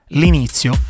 l'inizio